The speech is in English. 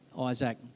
Isaac